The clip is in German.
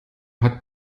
hat